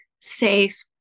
safe